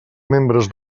membres